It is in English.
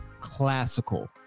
classical